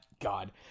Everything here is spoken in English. god